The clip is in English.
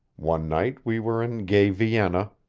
one night we were in gay vienna,